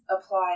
apply